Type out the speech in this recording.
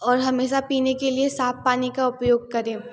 और हमेशा पीने के लिए साफ़ पानी का उपयोग करें